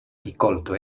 rikolto